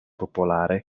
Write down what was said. popolare